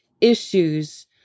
issues